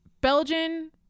Belgian